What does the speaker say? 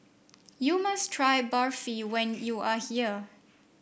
you must try Barfi when you are here